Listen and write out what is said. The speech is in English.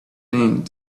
thing